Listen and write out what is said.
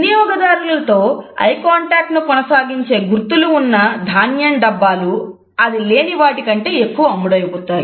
వినియోగదారులతో eye contact ను కొనసాగించే గుర్తులు ఉన్న ధాన్యం డబ్బాలు అది లేని వాటితో కంటే ఎక్కువ అమ్ముడుపోతాయి